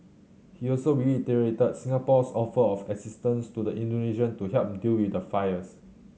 he also reiterated Singapore's offer of assistance to the Indonesian to help deal with the fires